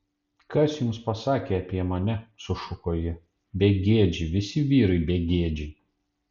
kas jums pasakė apie mane sušuko ji begėdžiai visi vyrai begėdžiai